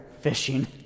fishing